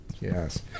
Yes